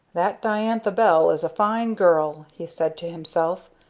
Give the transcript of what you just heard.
that diantha bell is a fine girl, he said to himself.